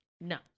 No